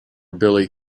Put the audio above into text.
billy